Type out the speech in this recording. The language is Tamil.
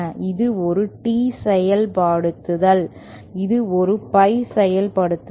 இது ஒரு T செயல்படுத்தல் இது ஒரு பை செயல்படுத்தல்